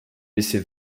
laissés